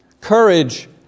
Courage